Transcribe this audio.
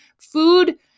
food